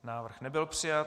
Návrh nebyl přijat.